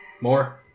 More